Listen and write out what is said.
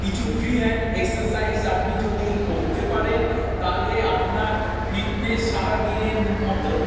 কিছু free hand exercise আপনি যদি করতে পারেন তালে আপনার ফিটনেস সারা দিনের মতো